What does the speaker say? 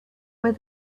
where